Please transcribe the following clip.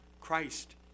Christ